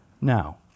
now